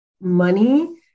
money